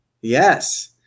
Yes